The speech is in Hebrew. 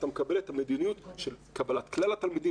אתה מקבל את המדיניות של קבלת כלל התלמידים